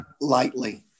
lightly